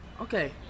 Okay